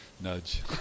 nudge